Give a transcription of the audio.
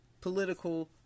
political